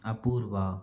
Apoorva